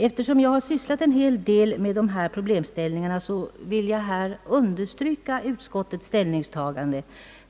Eftersom jag har sysslat en hel del med dessa problemställningar, vill jag understryka utskottets ställningstagande.